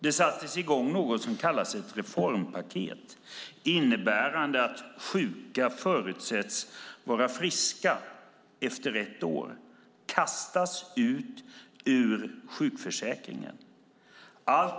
Det sattes i gång något som kallades ett reformpaket som innebär att sjuka förutsätts vara friska efter ett år och kastas ut ur sjukförsäkringen.